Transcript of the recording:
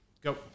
go